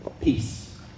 Peace